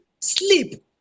sleep